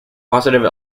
positive